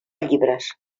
llibres